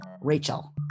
Rachel